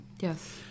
Yes